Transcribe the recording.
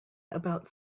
about